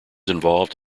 involved